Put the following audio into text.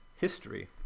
history